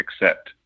accept